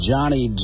Johnny